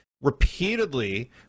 repeatedly